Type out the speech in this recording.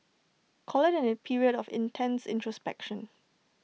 call IT A period of intense introspection